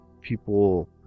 people